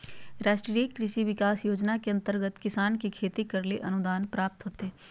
राष्ट्रीय कृषि विकास योजना के अंतर्गत किसान के खेती करैले अनुदान प्राप्त होतय